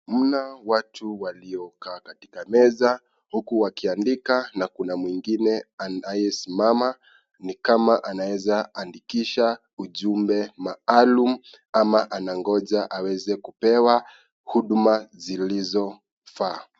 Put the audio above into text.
Mna watu waliokaa katika meza huku wakiandika na kuna mwingine anayesimama ni kama anaeza andikisha ujumbe maalum ama anangoja aweze kupewa huduma zilizofaa.